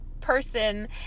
person